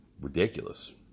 Ridiculous